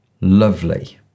lovely